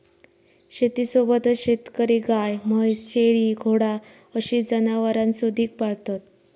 शेतीसोबतच शेतकरी गाय, म्हैस, शेळी, घोडा अशी जनावरांसुधिक पाळतत